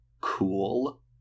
cool